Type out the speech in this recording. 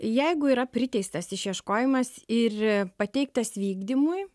jeigu yra priteistas išieškojimas ir pateiktas vykdymui